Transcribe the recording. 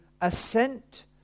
assent